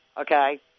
okay